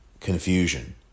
confusion